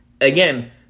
Again